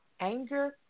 anger